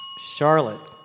Charlotte